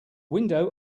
window